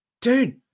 Dude